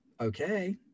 Okay